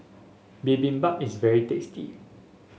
bibimbap is very tasty